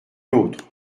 l’autre